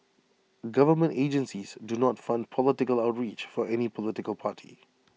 government agencies do not fund political outreach for any political party